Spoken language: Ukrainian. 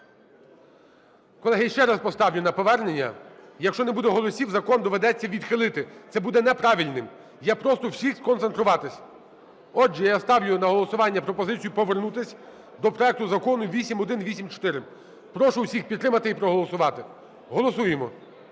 Колеги, ще раз поставлю на повернення. Якщо не буде голосів закон доведеться відхилити, це буде неправильним. Я прошу всіх сконцентруватись. Отже, я ставлю на голосування пропозицію повернутись до проекту Закону 8184. Прошу усіх підтримати і проголосувати. Голосуємо.